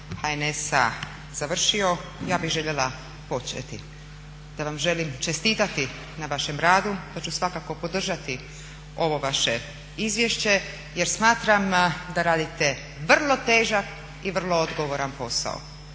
HNS-a završio ja bi željela početi. Da vam želim čestiti na vašem radu, da ću svakako podržati ovo vaše izvješće jer smatram da radite vrlo težak i vrlo odgovaran posao.